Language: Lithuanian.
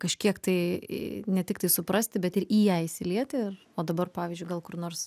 kažkiek tai ne tik tai suprasti bet į ją įsilieti ir o dabar pavyzdžiui gal kur nors